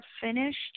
finished